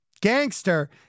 gangster